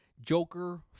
Joker